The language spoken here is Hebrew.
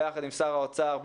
יחד עם שר האוצר,